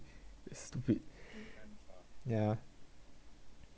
it's stupid ya